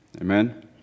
Amen